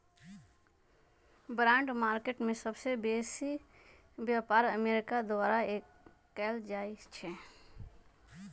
bond market में सबसे बेसी व्यापार अमेरिका द्वारा कएल जाइ छइ